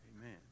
Amen